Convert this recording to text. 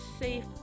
safe